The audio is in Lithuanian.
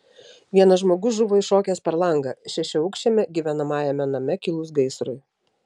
vienas žmogus žuvo iššokęs per langą šešiaaukščiame gyvenamajame name kilus gaisrui